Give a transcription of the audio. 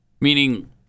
Meaning